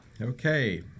Okay